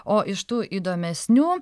o iš tų įdomesnių